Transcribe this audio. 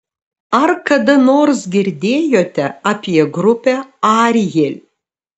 ar kada nors girdėjote apie grupę ariel